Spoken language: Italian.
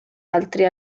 altri